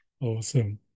Awesome